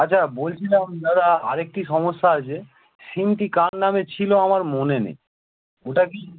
আচ্ছা বলছিলাম দাদা আর একটি সমস্যা আছে সিমটি কার নামে ছিল আমার মনে নেই ওটা কি